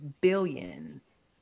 billions